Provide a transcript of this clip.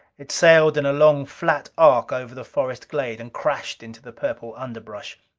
it sailed in a long flat arc over the forest glade and crashed into the purple underbrush.